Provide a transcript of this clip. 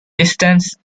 distance